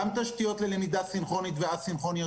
גם תשתיות ללמידה סינכרונית וא-סינכרונית,